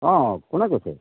অঁ কোনে কৈছে